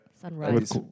Sunrise